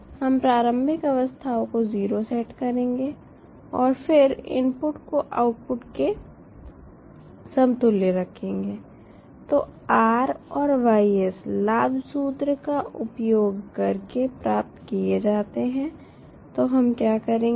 हम प्रारंभिक अवस्थाओं को 0 सेट करेंगे और फिर इनपुट को आउटपुट के समतुल्य रखेंगे तो R और Ys लाभ सूत्र का उपयोग करके प्राप्त किए जाते हैं तो हम क्या करेंगे